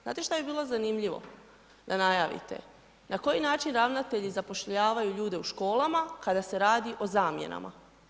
Znate šta bi bilo zanimljivo da najavite, na koji način ravnatelji zapošljavaju ljude u školama kada se radi o zamjenama?